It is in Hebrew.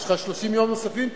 יש לך 30 יום נוספים,